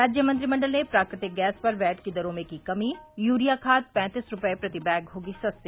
राज्य मंत्रिमंडल ने प्राकृतिक गैस पर वैट की दरों में की कमी यूरिया खाद पैंतीस रूपये प्रति बैग होगी सस्ती